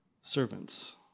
servants